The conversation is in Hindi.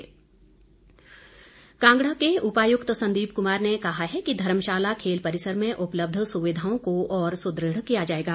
धर्मशाला खेल परिसर कांगडा के उपायुक्त संदीप कुमार ने कहा है कि धर्मशाला खेल परिसर में उपलब्ध सुविधाओं को और सुदृढ़ किया जाएगा